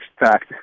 fact